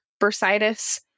bursitis